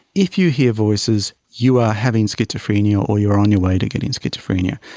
if you hear voices, you are having schizophrenia or you are on your way to getting schizophrenia.